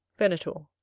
venator.